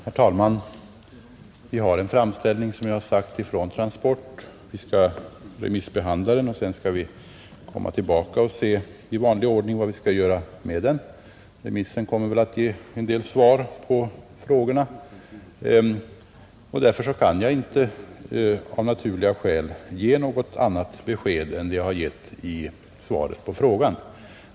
Herr talman! Vi har som jag nämnde en framställning från Transportarbetareförbundet. Vi skall remissbehandla den. Sedan skall vi komma tillbaka i vanlig ordning och se vad vi skall göra med den. Remissen kommer väl att ge en del svar på frågorna, och därför kan jag av naturliga skäl inte ge något annat besked än vad jag har gett i svaret på frågan.